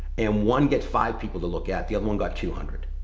and one gets five people to look at, the other one got two hundred.